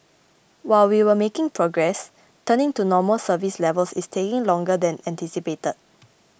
while we are making progress returning to normal service levels is taking longer than anticipated